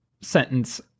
sentence